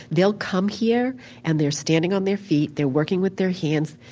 they'll come here and they're standing on their feet, they're working with their hands,